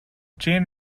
chain